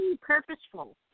purposeful